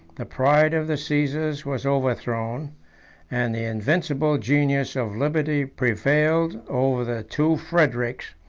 the pride of the caesars was overthrown and the invincible genius of liberty prevailed over the two frederics,